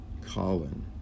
Colin